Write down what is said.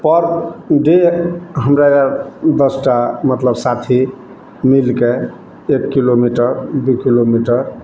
परडे हमरा आर मतलब दश टा साथी मिलके एक किलोमीटर दू किलोमीटर